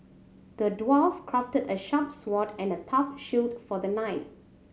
the dwarf crafted a sharp sword and a tough shield for the knight